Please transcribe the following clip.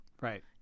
Right